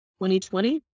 2020